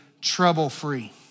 trouble-free